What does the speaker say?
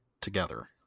together